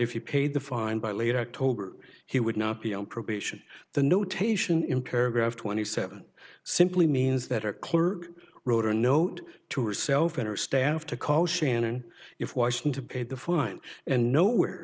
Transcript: if you paid the fine by late october he would not be on probation the notation interger of twenty seven simply means that or clerk wrote a note to herself and her staff to call shannon if washington paid the fine and nowhere